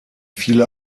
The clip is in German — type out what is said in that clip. viele